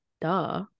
Duh